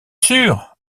sûr